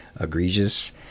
egregious